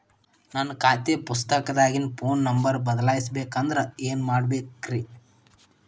ನನ್ನ ಖಾತೆ ಪುಸ್ತಕದಾಗಿನ ಫೋನ್ ನಂಬರ್ ಬದಲಾಯಿಸ ಬೇಕಂದ್ರ ಏನ್ ಮಾಡ ಬೇಕ್ರಿ?